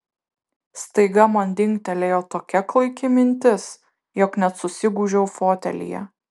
staiga man dingtelėjo tokia klaiki mintis jog net susigūžiau fotelyje